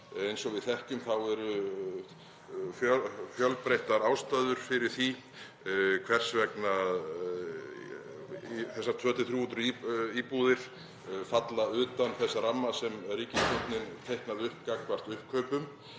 Eins og við þekkjum eru fjölbreyttar ástæður fyrir því hvers vegna þessar 200–300 íbúðir falla utan þess ramma sem ríkisstjórnin teiknaði upp um uppkaupin.